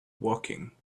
woking